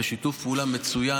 בשיתוף פעולה מצוין.